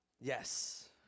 Yes